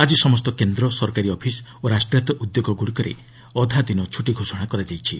ଆଜି ସମସ୍ତ କେନ୍ଦ୍ର ସରକାରୀ ଅଫିସ୍ ଓ ରାଷ୍ଟ୍ରାୟତ୍ତ ଉଦ୍ୟୋଗଗୁଡ଼ିକରେ ଅଧାଦିନ ଛୁଟି ଘୋଷଣା କରାଯାଇଛି